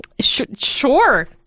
Sure